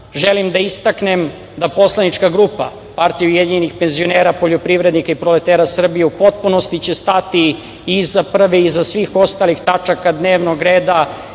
želim da istaknem da poslanička grupa Partija ujedinjenih penzionera, poljoprivrednika i proletera Srbije u potpunosti će stati iza prve i iza svih ostalih tačaka dnevnog reda,